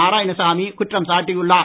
நாராயணசாமி குற்றம் சாட்டியுள்ளார்